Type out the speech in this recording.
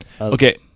Okay